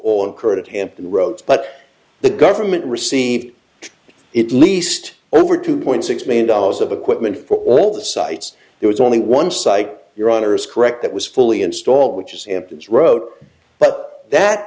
on credit hampton roads but the government received it leased over two point six million dollars of equipment for all the sites there was only one site your honor is correct that was fully installed which is in this road but that